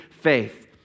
faith